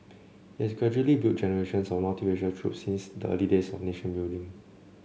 it has gradually built generations of multiracial troops since the early days of nation building